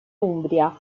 umbria